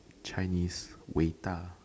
chinese ：伟大:wei da